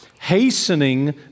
hastening